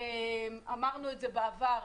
אמרנו את זה בעבר,